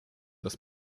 das